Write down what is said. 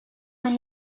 from